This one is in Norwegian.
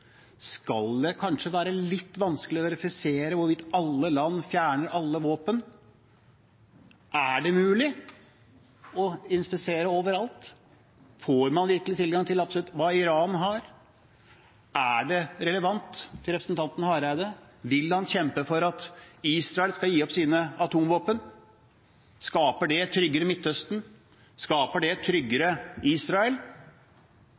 Skal det kanskje være litt vanskelig å verifisere det at alle land fjerner alle våpen? Er det mulig å inspisere overalt? Får man virkelig tilgang til absolutt alt hva Iran har? Er det relevant? Til representanten Hareide: Vil han kjempe for at Israel skal gi opp sine atomvåpen? Skaper det et tryggere Midtøsten? Skaper det et tryggere Israel?